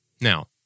Now